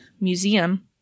museum